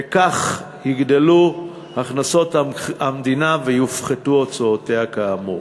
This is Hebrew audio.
וכך יגדלו הכנסות המדינה ויופחתו הוצאותיה כאמור.